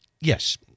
yes